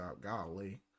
Golly